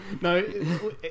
No